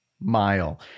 mile